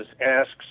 asks